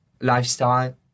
lifestyle